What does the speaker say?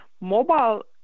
mobile